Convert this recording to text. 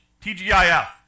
TGIF